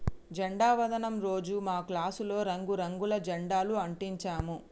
జెండా వందనం రోజు మా క్లాసులో రంగు రంగుల జెండాలు అంటించాము